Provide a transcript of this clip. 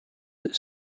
that